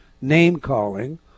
name-calling